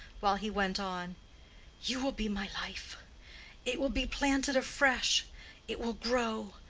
while he went on you will be my life it will be planted afresh it will grow.